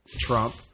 Trump